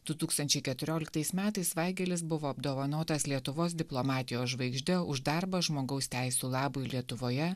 du tūkstančiai keturioliktais metais vaigelis buvo apdovanotas lietuvos diplomatijos žvaigžde už darbą žmogaus teisių labui lietuvoje